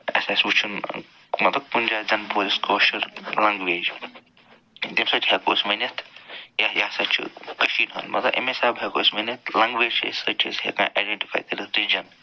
اَسہِ آسہٕ وٕچھُن مطلب کُنہِ جایہِ زن بوٗز اَسہِ کٲشُر لنٛگویج تَمہِ سۭتۍ ہٮ۪کو أسۍ ؤنِتھ یہِ یہِ ہسا چھُ کٔشیٖرِ ہُنٛد مطلب امہِ حِساب ہٮ۪کو أسۍ ؤنِتھ لنٛگویج چھِ سۭتۍ چھِ أسۍ ہٮ۪کان اٮ۪ڈٮ۪نٛٹِفَے کٔرِتھ ڈِوجن